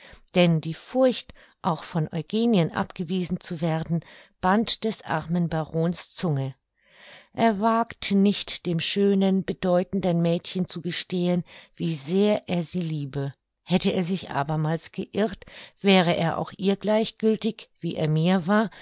denn die furcht auch von eugenien abgewiesen zu werden band des armen barons zunge er wagte nicht dem schönen bedeutenden mädchen zu gestehen wie sehr er sie liebe hätte er sich abermals geirrt wäre er auch ihr gleichgültig wie er mir war